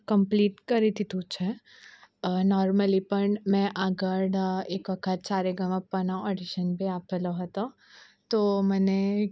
complete કરી દીધું છે નોર્મલી પણ મેં આગળ એક વખત સારેગામાપાનો ઓડિશન બી આપેલો હતો તો મને